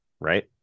right